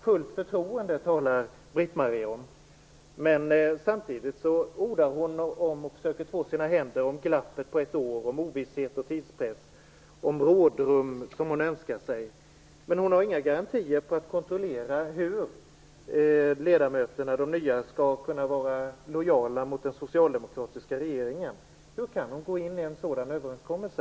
Hon talar om fullt förtroende. Samtidigt försöker hon två sina händer och ordar om glappet på ett år, om ovisshet och tidspress och om rådrum som hon önskar sig. Men hon har inga garantier för att kontrollera hur de nya ledamöterna skall kunna vara lojala mot den socialdemokratiska regeringen. Hur kan hon gå in i en sådan överenskommelse?